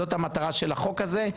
זאת המטרה של החוק הזה.